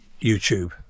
youtube